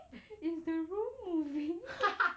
is the room moving